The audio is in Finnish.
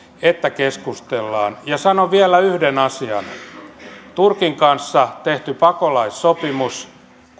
että keskustellaan sanon vielä yhden asian kun turkin kanssa tehty pakolaissopimus